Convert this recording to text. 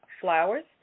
Flowers